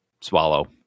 swallow